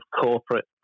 corporate